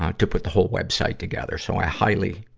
ah to put the whole web site together, so i highly,